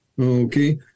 Okay